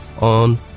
on